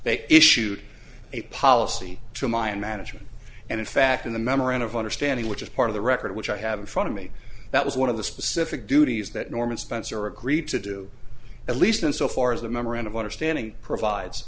they issued a policy to mine management and in fact in the memorandum of understanding which is part of the record which i have in front of me that was one of the specific duties that norman spencer agreed to do at least in so far as the memorandum of understanding provides